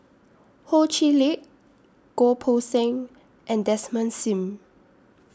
Ho Chee Lick Goh Poh Seng and Desmond SIM